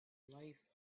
life